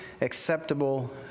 acceptable